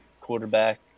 quarterback